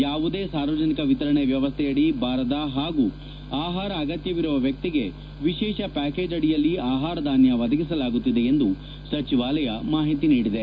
ಯಾವುದೇ ಸಾರ್ವಜನಿಕ ವಿತರಣೆ ವ್ಣವಸ್ವೆಯಡಿ ಬಾರದ ಹಾಗೂ ಅಹಾರ ಅಗತ್ಯವಿರುವ ವ್ಯಕ್ತಿಗೆ ವಿಶೇಷ ಪ್ಯಾಕೇಜ್ ಅಡಿಯಲ್ಲಿ ಆಹಾರ ಧಾನ್ಯ ಒದಗಿಸಲಾಗುತ್ತಿದೆ ಎಂದು ಸಚಿವಾಲಯ ಮಾಹಿತಿ ನೀಡಿದೆ